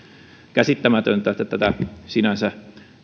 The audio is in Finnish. käsittämätöntä että tätä sinänsä